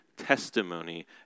testimony